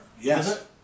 Yes